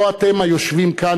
לא אתם היושבים כאן,